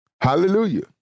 Hallelujah